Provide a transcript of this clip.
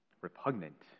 repugnant